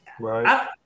Right